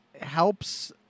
helps